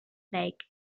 snake